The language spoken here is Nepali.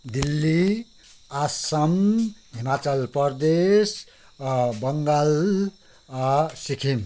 दिल्ली आसाम हिमाचल प्रदेश बङ्गाल सिक्किम